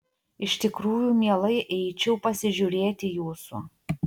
iš tikrųjų mielai eičiau pasižiūrėti jūsų